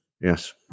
Yes